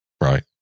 Right